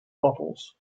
bottles